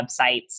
websites